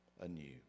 anew